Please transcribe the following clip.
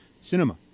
cinema